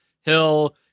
hill